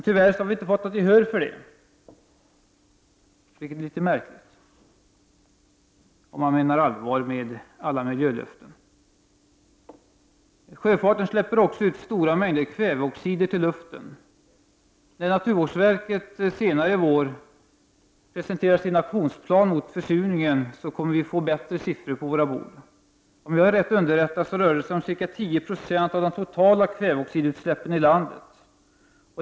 Tyvärr har vi inte fått något gehör för vårt krav, vilket är litet märkligt med tanke på alla miljölöften. Sjöfarten släpper också ut stora mängder kväveoxider i luften. När naturvårdsverket senare i vår presenterar sin aktionsplan mot försurningen får vi bättre siffror på våra bord. Om jag är rätt underrättad rör det sig om ca 10 96 av de totala kväveoxidutsläppen i landet.